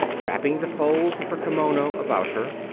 wrapping the folds of her kimono about her.